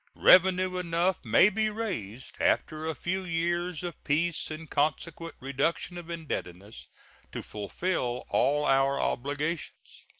revenue enough may be raised after a few years of peace and consequent reduction of indebtedness to fulfill all our obligations.